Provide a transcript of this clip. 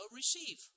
receive